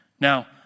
Now